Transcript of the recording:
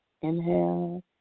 Inhale